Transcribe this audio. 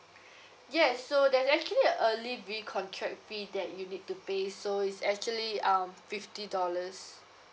yes so there's actually early recontract fee that you need to pay so is actually um fifty dollars